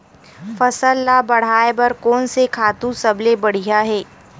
फसल ला बढ़ाए बर कोन से खातु सबले बढ़िया हे?